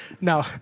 no